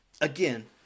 again